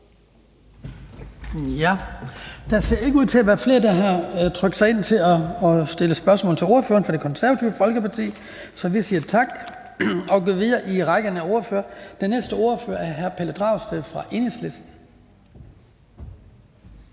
Der ser ikke ud til være flere, der har ønsket at stille spørgsmål til ordføreren for Det Konservative Folkeparti, så vi siger tak og går videre i ordførerrækken. Den næste ordfører er hr. Pelle Dragsted fra Enhedslisten.